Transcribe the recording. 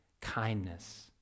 Kindness